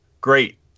great